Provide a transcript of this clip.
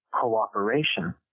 cooperation